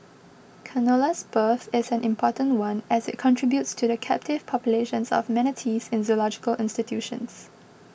canola's birth is an important one as it contributes to the captive populations of manatees in zoological institutions